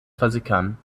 versickern